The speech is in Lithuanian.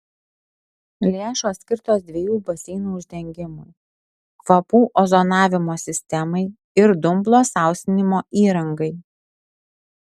lėšos skirtos dviejų baseinų uždengimui kvapų ozonavimo sistemai ir dumblo sausinimo įrangai